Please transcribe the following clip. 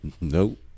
Nope